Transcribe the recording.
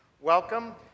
welcome